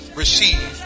receive